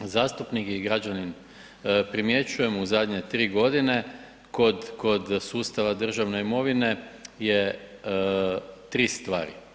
zastupnik i građanin primjećujem u zadnje 3 godine kod sustava državne imovine je tri stvari.